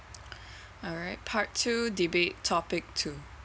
alright part two debate topic two